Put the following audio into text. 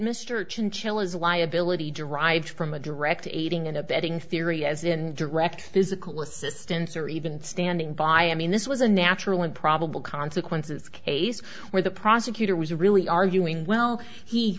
mr chinchillas liability derived from a direct aiding and abetting theory as in direct physical assistance or even standing by i mean this was a natural and probable consequences case where the prosecutor was really arguing well he